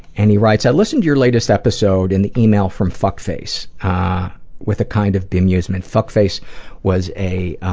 and he writes i listened to your latest episode and the email from fuckface with a kind of bemusement. fuckface was a